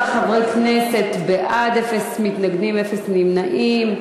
14 חברי כנסת בעד, אין מתנגדים, אין נמנעים.